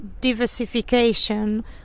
diversification